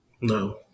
No